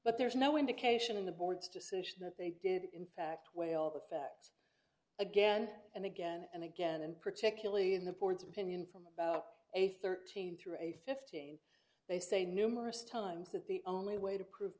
but there is no indication in the board's decision that they did in fact weigh all the facts again and again and again and particularly in the board's opinion from about a thirteen through a fifteen they say numerous times that the only way to prove